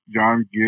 John